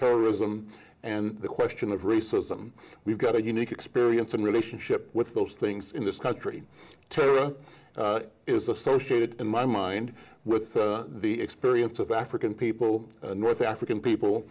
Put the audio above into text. terrorism and the question of racism we've got a unique experience in relationship with those things in this country is associated in my mind with the experience of african people north african people